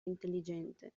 intelligente